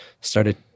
started